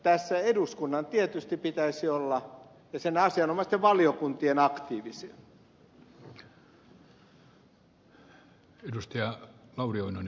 tässä eduskunnan ja sen asianomaisten valiokuntien tietysti pitäisi olla aktiivisia